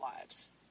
lives